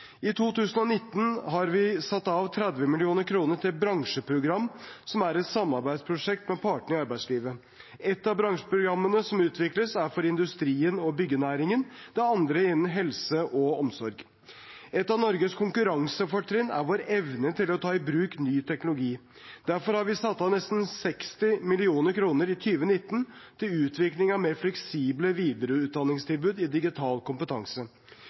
I 2019 har vi satt av 30 mill. kr til bransjeprogram, som er et samarbeidsprosjekt med partene i arbeidslivet. Et av bransjeprogrammene som utvikles, er for industrien og byggenæringen, det andre innen helse og omsorg. Et av Norges konkurransefortrinn er vår evne til å ta bruk ny teknologi. Derfor har vi satt av nesten 60 mill. kr i 2019 til utvikling av mer fleksible videreutdanningstilbud i digital kompetanse.